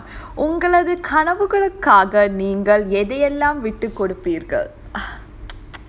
உங்களது கனவுகளுக்காக நீங்கள் எதையெல்லாம் விட்டுகொடுப்பீர்கள்:ungalathu kanavugalukaga neenga edhayellam vittu kodupeergal !huh!